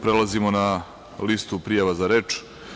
Prelazimo na listu prijava za reč.